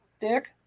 Dick